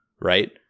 Right